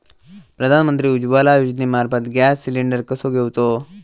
प्रधानमंत्री उज्वला योजनेमार्फत gas cylinder कसो घेऊचो?